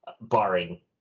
barring